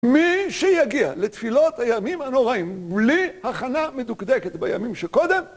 מי שיגיע לתפילות הימים הנוראים בלי הכנה מדוקדקת בימים שקודם